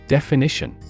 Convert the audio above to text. Definition